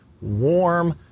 warm